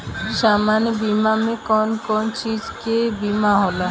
सामान्य बीमा में कवन कवन चीज के बीमा होला?